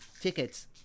tickets